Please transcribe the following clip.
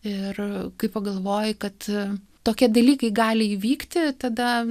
ir kai pagalvoji kad tokie dalykai gali įvykti tada